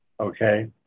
Okay